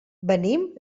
venim